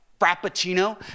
Frappuccino